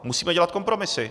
Musíme dělat kompromisy.